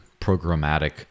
programmatic